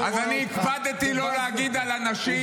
---- אני הקפדתי לא להגיד על אנשים שקרנים.